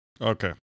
Okay